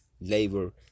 labor